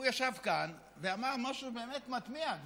הוא ישב כאן ואמר משהו באמת מתמיה,